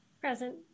Present